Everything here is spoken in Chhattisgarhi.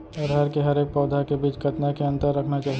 अरहर के हरेक पौधा के बीच कतना के अंतर रखना चाही?